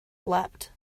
leapt